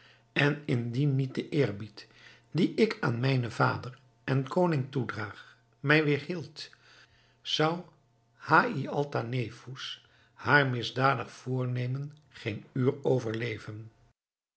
en indien niet de eerbied dien ik aan mijnen vader en koning toedraag mij weêrhield zou haïatalnefous haar misdadig voornemen geen uur overleven